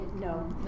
No